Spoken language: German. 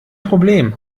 problem